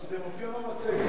זה מופיע במצגת.